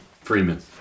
Freeman